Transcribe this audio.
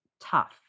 tough